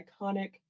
iconic